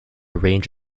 range